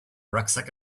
rucksack